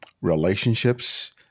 relationships